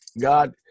God